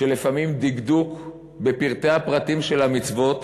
שלפעמים דקדוק בפרטי הפרטים של המצוות,